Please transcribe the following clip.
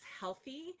healthy